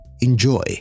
Enjoy